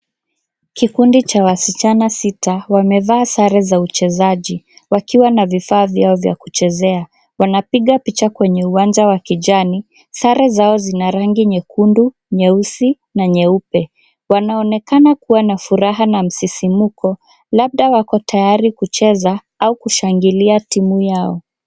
Kikundi cha wasichana sita wamevaa sare za uchezaji wakiwa na vifaa vyao vya kuchezea. Wanapiga picha kwenye uwanja wa kijani, sare zao zinarangi nyekundu, nyeusi na nyeupe. Wanaonekana kuwa na furaha na msisimuko, labda wako tayari kucheza au kushangilia timu yao.